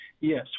yes